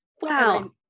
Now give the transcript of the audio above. Wow